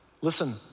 Listen